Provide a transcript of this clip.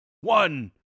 one